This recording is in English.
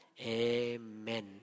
Amen